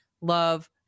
love